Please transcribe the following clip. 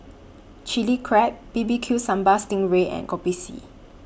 Chili Crab B B Q Sambal Sting Ray and Kopi C